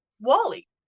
Wally